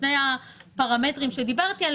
בשני הפרמטרים עליהם דיברתי,